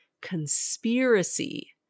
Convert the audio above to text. conspiracy